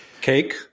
cake